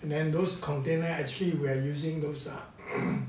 and then those container actually we are using those ah